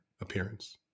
appearance